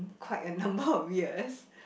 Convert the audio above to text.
quite a number of years